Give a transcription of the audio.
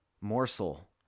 morsel